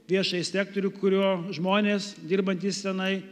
viešąjį sektorių kurio žmonės dirbantys tenai